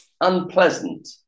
unpleasant